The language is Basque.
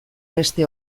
beste